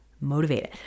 motivated